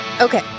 Okay